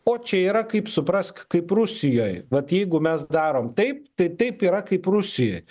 o čia yra kaip suprask kaip rusijoj vat jeigu mes darom taip tai taip yra kaip rusijoj